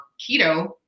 keto